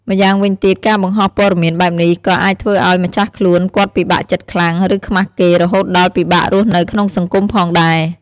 ម្យ៉ាងវិញទៀត ការបង្ហោះព័ត៌មានបែបនេះ ក៏អាចធ្វើឱ្យ ម្ចាស់ខ្លួន គាត់ ពិបាកចិត្តខ្លាំង ឬ ខ្មាសគេ រហូតដល់ ពិបាករស់នៅក្នុងសង្គម ផងដែរ។